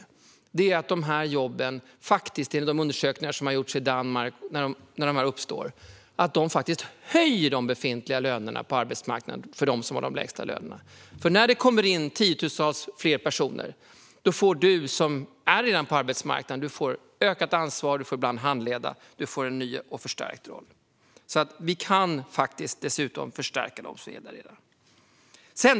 Men det fantastiska med det här är att de här jobben, enligt de undersökningar som har gjorts i Danmark, faktiskt höjer de befintliga lönerna på arbetsmarknaden för dem som har de lägsta lönerna. När det kommer in tiotusentals fler personer får du som redan är på arbetsmarknaden ett ökat ansvar, får ibland handleda och får en ny och förstärkt roll. Vi kan alltså faktiskt förstärka dem som redan är där.